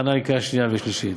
להכנה לקריאה שנייה ושלישית.